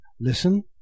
listen